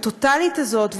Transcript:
הטוטלית הזאת,